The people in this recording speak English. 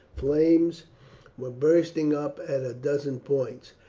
flames were bursting up at a dozen points.